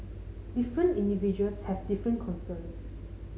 different individuals have different concerns